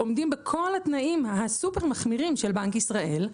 עומדים בכל התנאים הסופר מחמירים של בנק ישראל,